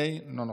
אינה נוכחת,